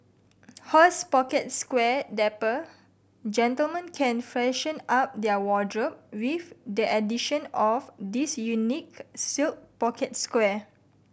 horse pocket square Dapper gentlemen can freshen up their wardrobe with the addition of this unique silk pocket square